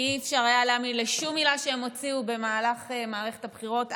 כי לא היה אפשר להאמין לשום מילה שהם הוציאו במהלך מערכת הבחירות,